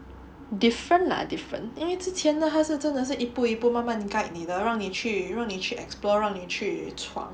different lah different 因为之前他还是真的是一步一步慢慢 guide 你的让你去让你去 explore 让你去闯